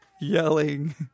Yelling